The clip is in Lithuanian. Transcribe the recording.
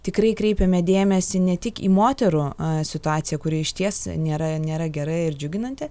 tikrai kreipiame dėmesį ne tik į moterų situaciją kuri išties nėra nėra gera ir džiuginanti